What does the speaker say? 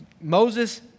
Moses